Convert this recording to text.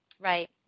Right